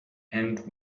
and